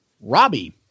Robbie